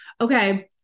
okay